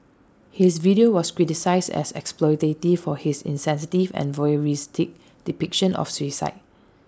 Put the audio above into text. his video was criticised as exploitative for his insensitive and voyeuristic depiction of suicide